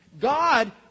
God